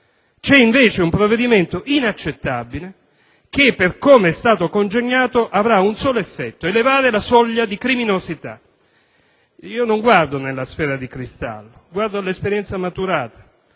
C'è invece un provvedimento inaccettabile, che, per come è stato congegnato, avrà un solo effetto: elevare la soglia di criminosità. Non guardo nella sfera di cristallo; guardo all'esperienza maturata.